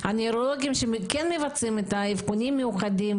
דבר שהיה מעשיר את קופת המדינה,